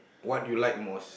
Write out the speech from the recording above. what you like most